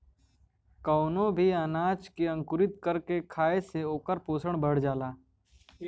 कवनो भी अनाज के अंकुरित कर के खाए से ओकर पोषण बढ़ जाला